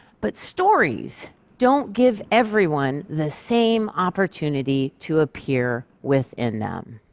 but stories don't give everyone the same opportunity to appear within them,